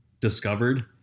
discovered